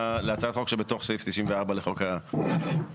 שבתוך סעיף 94 לחוק ההסדרים,